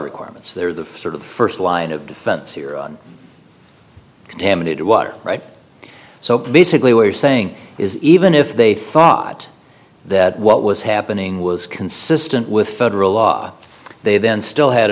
requirements they're the sort of first line of defense here contaminated water right so basically what you're saying is even if they thought that what was happening was consistent with federal law they then still had